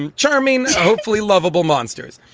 and charming, hopefully lovable monsters.